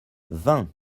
vingt